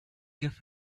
give